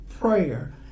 prayer